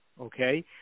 okay